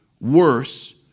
worse